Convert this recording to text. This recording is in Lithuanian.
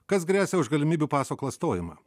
kas gresia už galimybių paso klastojimą